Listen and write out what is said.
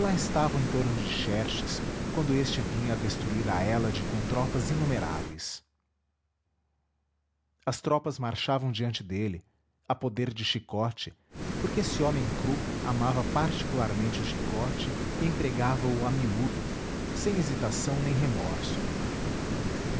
estavam em torno de xerxes quando este vinha destruir a hélade com tropas inumeráveis as tropas marchavam diante dele a poder de chicote porque esse homem cru amava particularmente o chicote e empregava o a miúdo sem hesitação nem remorso